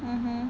mmhmm